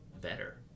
better